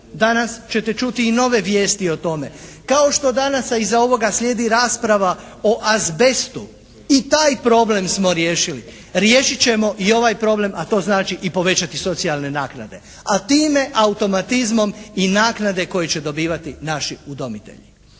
danas ćete čuti i nove vijesti o tome, kao što danas a iza ovoga slijedi rasprava o azbestu. I taj problem smo riješili. Riješit ćemo i ovaj problem, a to znači i povećati socijalne naknade, a time automatizmom i naknade koje će dobivati naši udomitelji.